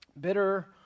bitter